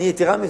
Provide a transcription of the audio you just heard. יתירה מזאת,